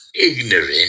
ignorant